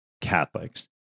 Catholics